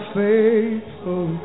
faithful